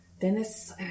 Dennis